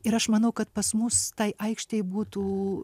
ir aš manau kad pas mus tai aikštei būtų